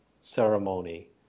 ceremony